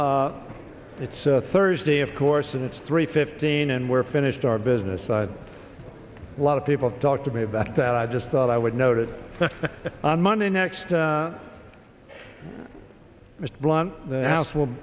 it's thursday of course and it's three fifteen and we're finished our business side a lot of people talk to me about that i just thought i would notice on monday next mr blunt the house will